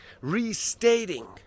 Restating